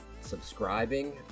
subscribing